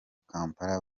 kampala